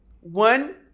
One